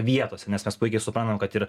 vietose nes mes puikiai suprantam kad ir